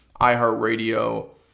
iHeartRadio